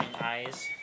eyes